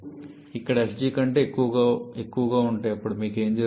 ఇది sg కంటే ఎక్కువగా ఉంటే అప్పుడు ఏమి జరుగుతుంది